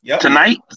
Tonight